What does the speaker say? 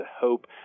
hope